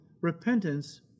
repentance